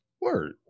Word